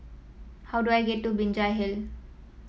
how do I get to Binjai Hill